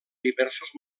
diversos